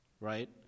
right